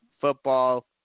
football